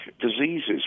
diseases